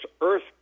Earth